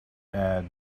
add